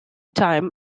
time